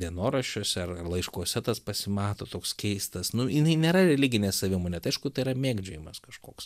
dienoraščiuose ar laiškuose tas pasimato toks keistas nu jinai nėra religinė savimonė tai aišku tai yra mėgdžiojimas kažkoks